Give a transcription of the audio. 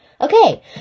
Okay